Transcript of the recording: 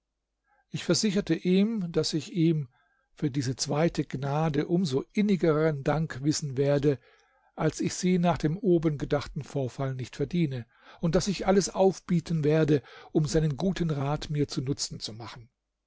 ich versicherte ihm daß ich ihm für diese zweite gnade um so innigeren dank wissen werde als ich sie nach dem oben gedachten vorfall nicht verdiene und daß ich alles aufbieten werde um seinen guten rat mir zunutzen zu machen